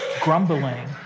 grumbling